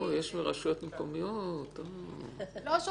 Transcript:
אני לא רוצה